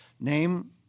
Name